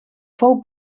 fou